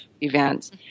events